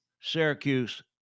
Syracuse